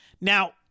Now